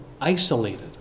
isolated